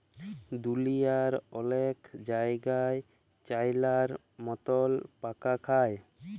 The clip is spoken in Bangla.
দুঁলিয়ার অলেক জায়গাই চাইলার মতল পকা খায়